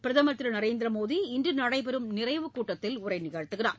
பிரதம் திரு நரேந்திர மோடி இன்று நடைபெறும் நிறைவு கூட்டத்தில் உரையாற்றுகிறார்